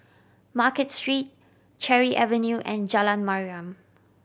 Market Street Cherry Avenue and Jalan Mariam